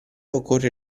occorre